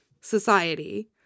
society